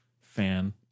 fan